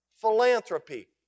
philanthropy